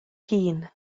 hun